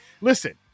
listen